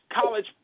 college